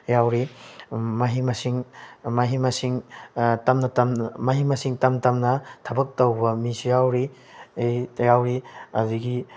ꯌꯥꯎꯔꯤ ꯃꯍꯩ ꯃꯁꯤꯡ ꯃꯍꯩ ꯃꯁꯤꯡ ꯇꯝꯅ ꯇꯝꯅ ꯃꯍꯩ ꯃꯁꯤꯡ ꯇꯝ ꯇꯝꯅ ꯊꯕꯛ ꯇꯧꯕ ꯃꯤꯁꯨ ꯌꯥꯎꯔꯤ ꯌꯥꯎꯏ ꯑꯗꯨꯒꯒꯤ